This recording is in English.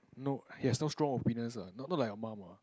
no he has no strong opinion lah not like your mum what